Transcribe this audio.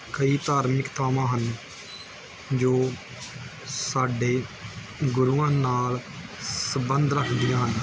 ਕਈ ਧਾਰਮਿਕ ਥਾਵਾਂ ਹਨ ਜੋ ਸਾਡੇ ਗੁਰੂਆਂ ਨਾਲ ਸੰਬੰਧ ਰੱਖਦੀਆਂ ਹਨ